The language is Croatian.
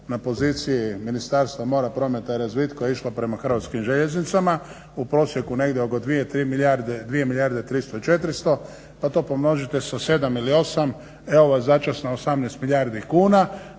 na poziciji Ministarstva mora, prometa i razvitka išlo prema Hrvatskim željeznicama u prosjeku negdje oko 2, 3 milijarde, 2 milijarde 300, 400 pa to pomnožite sa 7 ili 8. Evo vas začas na 18 milijardi kuna